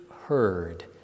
heard